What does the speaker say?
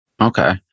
Okay